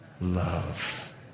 love